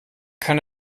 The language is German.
kann